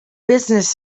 business